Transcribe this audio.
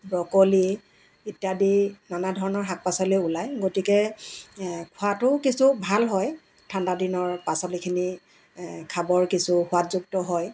broccoli ইত্যাদি নানা ধৰণৰ শাক পাচলি ওলায় গতিকে খোৱাটোও কিছু ভাল হয় ঠাণ্ডাদিনৰ পাচলিখিনি খাবৰ কিছু সোৱাদযুক্ত হয়